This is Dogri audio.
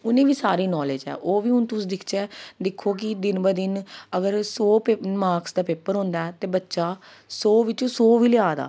उ'नेंगी सारी नॉलेज ऐ ओह्बी हून तुस दिखचै दिक्खो कि दिन ब दिन अगर सौ मार्क्स दा पेपर होंदा ऐ ते बच्चा सौ बिच्चो सौ बी लेआ दा ते